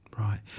Right